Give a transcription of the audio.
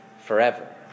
forever